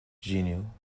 genial